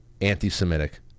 anti-semitic